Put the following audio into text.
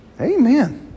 Amen